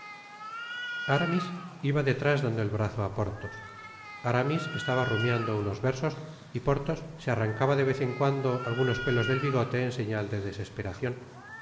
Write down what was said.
ptanchet iba detrás dando ei brazo á porthos aramis estaba rumiando unos versos y porthos se arrancaba de vez en cuando algunos pelos del bigote en señal de desesperacion